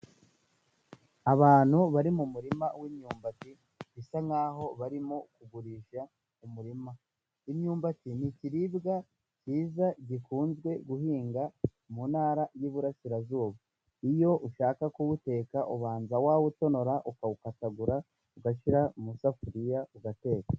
Abantu bari mu muririma w'imyumbati， bisa nk’aho barimo kugurisha umurima，imyumbati ni ikiribwa kiza gikunzwe guhinga mu ntara y’Iburasirazuba. Iyo ushaka kuwuteka ubanza wawutonora，ukawukatagura， ugashyira mu isafuriya ugateka.